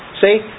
See